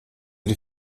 die